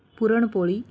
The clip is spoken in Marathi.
पुरणपोळी